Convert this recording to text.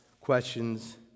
questions